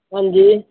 ਹਾਂਜੀ